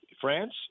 France